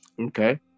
Okay